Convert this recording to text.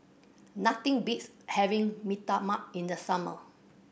nothing beats having Mee Tai Mak in the summer